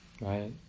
Right